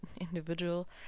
individual